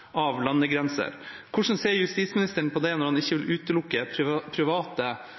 av landegrenser». Hvordan ser justisministeren på at man, når han ikke vil utelukke private